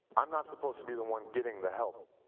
i'm not supposed to be the one getting the help.